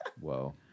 Whoa